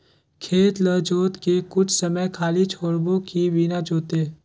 खेत ल जोत के कुछ समय खाली छोड़बो कि बिना जोते?